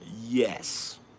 Yes